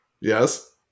Yes